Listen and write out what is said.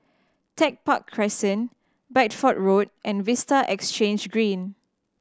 Tech Park Crescent Bideford Road and Vista Exhange Green